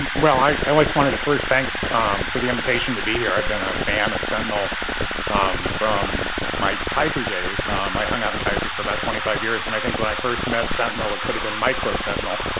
well i i just wanted to first thanks for the invitation to be here i've been a fan of sentinel from my kaiser days um i hung out in kaiser for about twenty five years and i think when i first met sentinel it could have been micro sentinel.